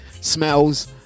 Smells